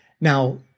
Now